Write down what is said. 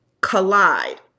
Collide